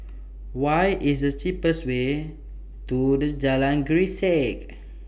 What IS The cheapest Way to This Jalan Grisek